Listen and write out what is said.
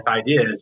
ideas